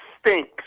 stinks